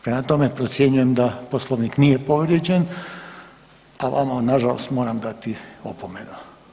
Prema tome procjenjujem da Poslovnik nije povrijeđen, a vama nažalost moram dati opomenu.